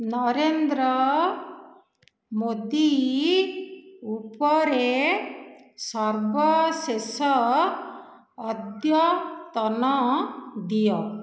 ନରେନ୍ଦ୍ର ମୋଦୀ ଉପରେ ସର୍ବଶେଷ ଅଦ୍ୟତନ ଦିଅ